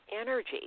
energy